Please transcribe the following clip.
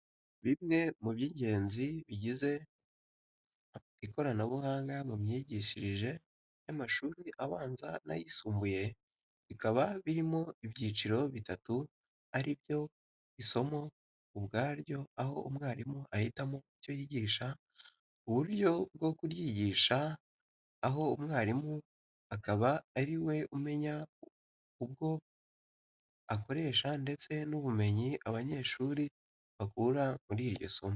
Bimwe mu by'ingenzi bigize ikoranabuhanga mu myigishirize y'amashuri abanza n'ayisumbuye. Bikaba birimo ibyiciro bitatu ari byo isomo ubwaryo aho mwarimu ahitamo icyo yigisha, uburyo bwo kuryigisha aha mwarimu akaba ari we umenya ubwo akoresha ndetse n'ubumenyi abanyeshuri bakura muri iryo somo.